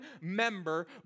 member